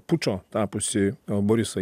pučo tapusį a borisą